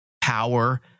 power